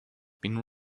been